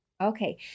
Okay